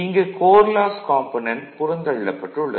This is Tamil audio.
இங்கு கோர் லாஸ் காம்பனென்ட் புறந்தள்ளப்பட்டுள்ளது